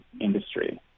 industry